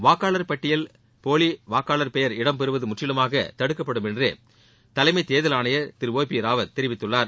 வாக்காளர் பட்டியலில் போலி வாக்காளர் பெயர் இடம் பெறுவது முற்றிலுமாக தடுக்கப்படும் என்று தலைமை தேர்தல் ஆணையர் திரு ஒ பி ராவத் தெரிவித்துள்ளார்